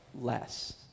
less